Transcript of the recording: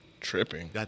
Tripping